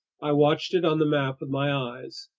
i watched it on the map with my eyes,